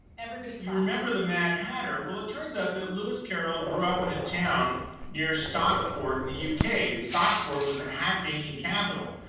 everybody clapped. you remember the mad hatter? well, it turns out that lewis carroll grew up in a town near stockport in the u k. and stockport was the hat-making capital.